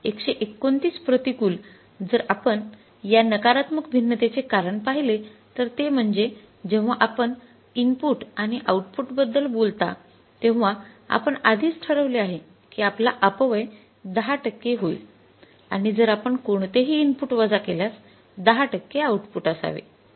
१२९ प्रतिकूल जर आपण या नकारात्मक भिन्नतेचे कारण पाहिले तर ते म्हणजे जेव्हा आपण इनपुट आणि आऊटपुटबद्दल बोलता तेव्हा आपण आधीच ठरवले आहे की आपला अपव्यय १० टक्के होईल आणि जर आपण कोणतेही इनपुट वजा केल्यास १० टक्के आउटपुट असावे